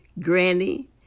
Granny